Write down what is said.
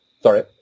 Sorry